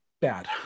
bad